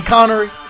Connery